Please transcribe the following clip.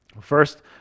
First